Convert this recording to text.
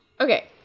Okay